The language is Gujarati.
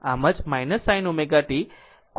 આમ જ sin ω t cos ω t